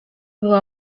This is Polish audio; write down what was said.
była